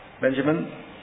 Benjamin